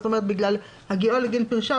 זאת אומרת בגלל הגיעו לגיל פרישה,